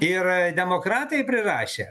ir demokratai prirašė